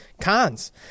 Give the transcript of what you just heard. cons